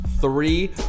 Three